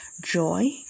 joy